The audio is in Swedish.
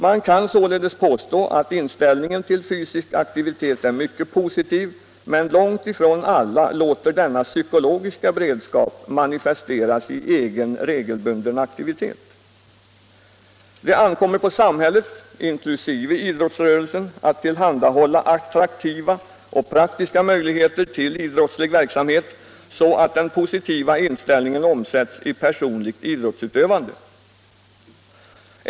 Man kan således påstå att inställningen till fysisk aktivitet är mycket positiv, men långt ifrån alla låter denna ”psykologiska beredskap” manifesteras i egen regelbunden aktivitet. Det ankommer på samhället, inkl. idrottsrörelsen, att tillhandahålla attraktiva och praktiska möjligheter till idrottslig verksamhet, så att den positiva inställningen omsätts i personligt idrottsutövande.